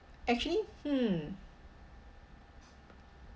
actually hmm